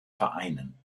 vereinen